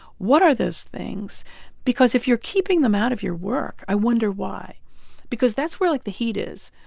what are those things because if you're keeping them out of your work, i wonder why because that's where, like, the heat is.